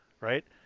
right